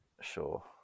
Sure